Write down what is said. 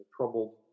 troubled